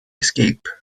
escape